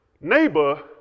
Neighbor